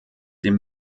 dem